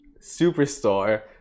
superstar